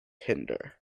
hinder